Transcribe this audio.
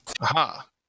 Aha